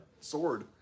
sword